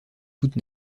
toute